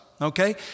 okay